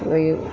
वेगे